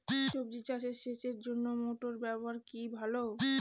সবজি চাষে সেচের জন্য মোটর ব্যবহার কি ভালো?